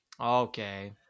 Okay